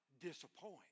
disappoint